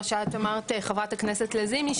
מה שאת אמרת חברת הכנסת לזימי,